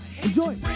Enjoy